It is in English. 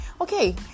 Okay